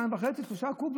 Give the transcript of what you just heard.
2.5 3 קוב.